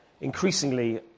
increasingly